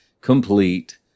complete